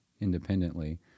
independently